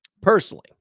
Personally